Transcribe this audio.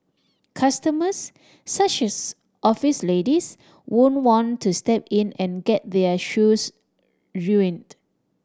customers such as office ladies won't want to step in and get their shoes ruined